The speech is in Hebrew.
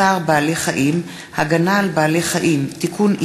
הצעת חוק צער בעלי-חיים (הגנה על בעלי-חיים) (תיקון,